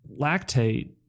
lactate